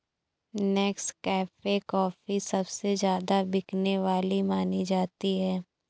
Nescafe coffee सबसे ज्यादा बिकने वाली मानी जाती है